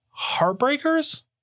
Heartbreakers